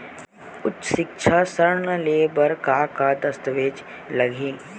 उच्च सिक्छा ऋण ले बर का का दस्तावेज लगही?